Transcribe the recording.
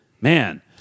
man